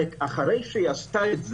אחרי שהיא עשתה את זה,